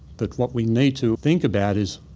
but what we need to think about is,